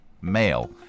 Male